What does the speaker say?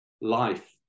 life